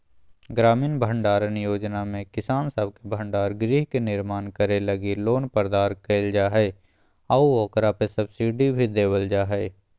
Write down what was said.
ग्रामीण भंडारण योजना में किसान सब के भंडार गृह के निर्माण करे लगी लोन प्रदान कईल जा हइ आऊ ओकरा पे सब्सिडी भी देवल जा हइ